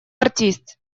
артист